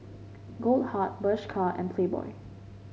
Goldheart Bershka and Playboy